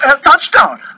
touchdown